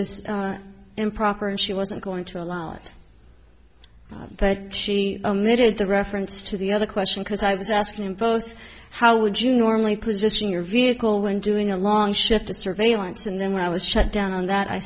was improper and she wasn't going to allow it but she made the reference to the other question because i was asking both how would you normally position your vehicle when doing a long shift to surveillance and then when i was shut down and that i